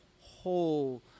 whole